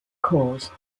cause